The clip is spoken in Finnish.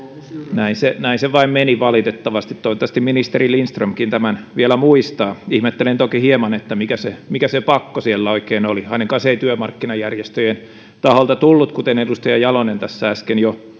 näin se vain meni valitettavasti toivottavasti ministeri lindströmkin tämän vielä muistaa ihmettelen toki hieman mikä se mikä se pakko siellä oikein oli ainakaan se ei työmarkkinajärjestöjen taholta tullut kuten edustaja jalonen tässä äsken jo